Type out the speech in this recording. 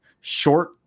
short